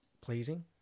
pleasing